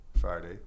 Friday